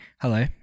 hello